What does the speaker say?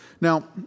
Now